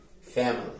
family